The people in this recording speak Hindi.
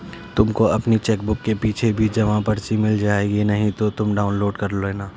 तुमको अपनी चेकबुक के पीछे भी जमा पर्ची मिल जाएगी नहीं तो तुम डाउनलोड कर लेना